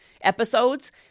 episodes